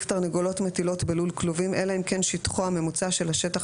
תרנגולות מטילות בלול כלובים אלא אם כן שטחו הממוצע של השטח